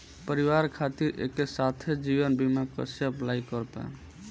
परिवार खातिर एके साथे जीवन बीमा कैसे अप्लाई कर पाएम?